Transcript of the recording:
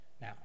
Now